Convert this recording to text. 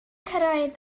cyrraedd